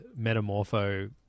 metamorpho